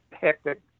hectic